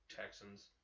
Texans